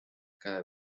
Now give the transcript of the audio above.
cada